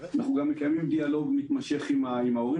אנחנו גם מקיימים דיאלוג מתמשך עם ההורים